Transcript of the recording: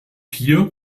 hier